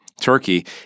Turkey—